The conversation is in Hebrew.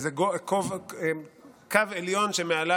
איזה קו עליון שמעליו,